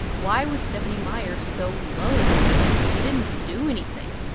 why was stephenie meyer so loathed? she didn't do anything.